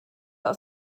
aus